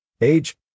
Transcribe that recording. Age